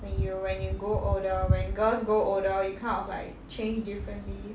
when you when you go older when girls grow older you kind of like change differently